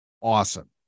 awesome